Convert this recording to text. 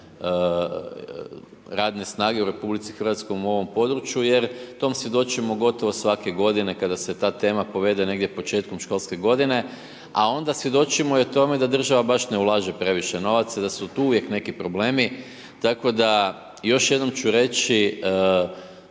radne snage u RH u ovom području jer tom svjedočimo gotovo svake godine kada se ta tema povede negdje početkom školske godine, a onda svjedočimo i o tome da država baš ne ulaže previše novaca, da su tu uvijek neki problemi. Tako da, još jednom ću reći,